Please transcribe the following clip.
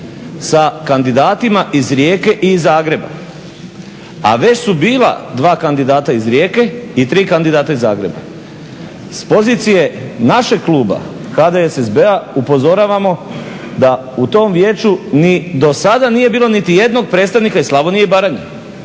sa kandidatima iz Rijeke i iz Zagreba. A već su bila 2 kandidata iz Rijeke i 3 kandidata iz Zagreba. S pozicije našeg kluba HDSSB-a upozoravamo da u tom Vijeću ni do sada ni do sada nije bilo niti jednog predstavnika iz Slavnije i Baranje.